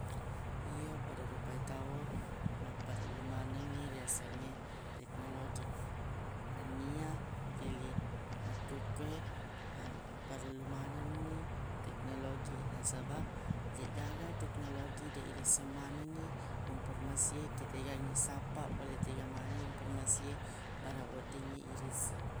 Iya pada rupae tau mapparellu manengngi riyasengnge teknologi nennia rili- makkuwekuwe a- parellu manenni teknologi nasabaq deq gaga teknologi deq irisseng manengngi inpormasie ki tegai niq sappa pole tega maneng inpormasi e baraq weddingngi irisseng